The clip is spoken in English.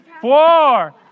Four